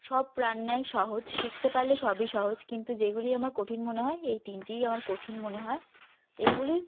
সব রান্নাই সহজ শিখতে পারলে সবই সহজ কিন্তু যেইগুলি আমার কঠিন মনে হয় এই তিনটিই আমার কঠিন মনে হয় এগুলি